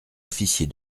officier